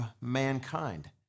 mankind